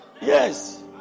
Yes